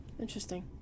interesting